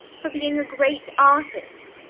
for being a great artist?